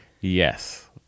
Yes